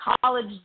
College